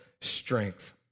strength